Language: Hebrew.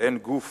שאין גוף